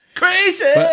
Crazy